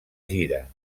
gira